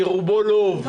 כי רובו לא עובד.